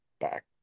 back